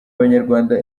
abanyarwanda